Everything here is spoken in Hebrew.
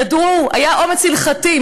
ידעו, היה אומץ הלכתי.